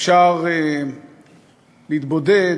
אפשר להתבודד,